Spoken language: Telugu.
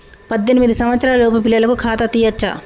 పద్దెనిమిది సంవత్సరాలలోపు పిల్లలకు ఖాతా తీయచ్చా?